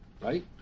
right